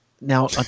now